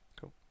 Cool